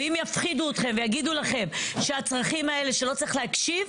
ואם יפחידו אותכם ויגידו לכם שהצרכים האלה שלא צריך להקשיב,